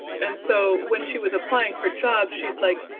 and so, when she was applying for jobs, she's, like,